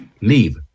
leave